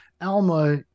Alma